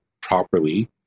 properly